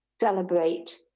celebrate